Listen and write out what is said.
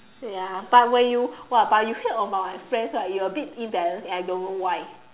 ya but when you !wah! you heard about my friends you a bit embarrassed and I don't know why